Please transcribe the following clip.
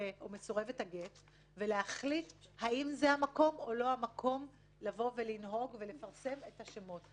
מסורבת הגט ולהחליט האם זה המקום או לא המקום לפרסם את השמות.